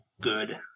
good